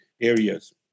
areas